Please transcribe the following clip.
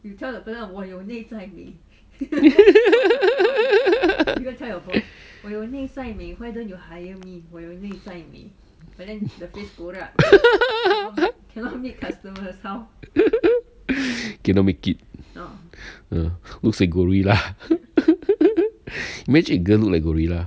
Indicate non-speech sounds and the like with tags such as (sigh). (laughs) (breath) (laughs) cannot make it uh looks like gorilla (laughs) imagine if girl look like gorilla